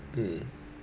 mm